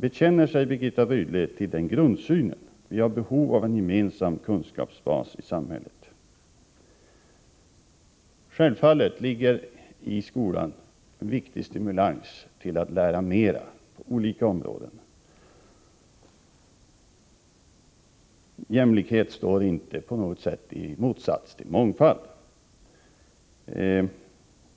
Bekänner sig Birgitta Rydle till den grundsynen att vi har behov av en gemensam kunskapsbas i samhället? Självfallet ligger i skolan viktig stimulans till att lära mera på olika områden. Jämlikhet står inte på något sätt i motsats till mångfald.